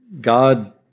God